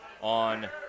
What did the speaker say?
on